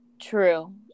true